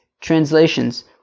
translations